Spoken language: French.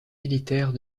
militaires